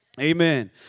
Amen